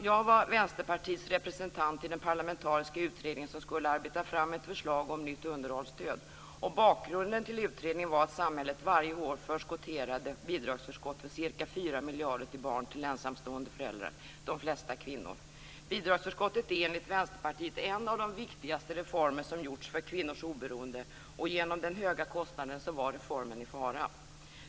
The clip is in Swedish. Jag var Vänsterpartiets representant i den parlamentariska utredning som skulle arbeta fram ett förslag om nytt underhållsstöd. Bakgrunden till utredningen var att samhället varje år förskotterade bidragsförskott på ca 4 miljarder till barn till ensamstående föräldrar, de flesta kvinnor. Bidragsförskottet är, enligt Vänsterpartiet, en av de viktigaste reformer som gjorts för kvinnors oberoende. Genom den höga kostnaden var reformen i fara.